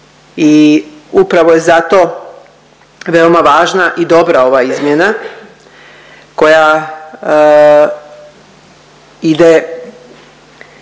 i upravo je zato veoma važna i dobra ova izmjena koja ide